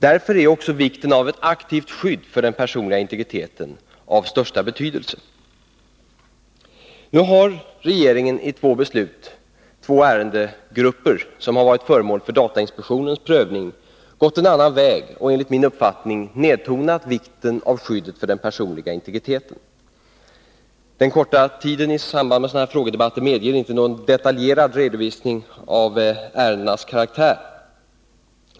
Därför är också vikten av ett aktivt skydd för den personliga integriteten av största betydelse. Nu har regeringen i två beslut, två ärendegrupper som har varit föremål för datainspektionens prövning, gått en annan väg och enligt min uppfattning nedtonat vikten av skyddet för den personliga integriteten. Den korta tiden i samband med sådana här frågedebatter medger inte någon detaljerad redovisning av ärendenas karaktär.